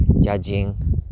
judging